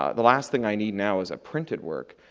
ah the last thing i need now is a printed work.